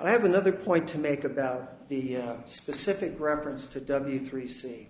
i have another point to make about the specific reference to w three